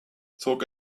zog